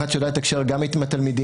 אחת שיודעת לתקשר גם עם התלמידים,